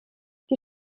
die